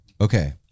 Okay